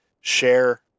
share